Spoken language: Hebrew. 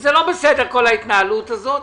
זה לא בסדר כל ההתנהלות הזאת.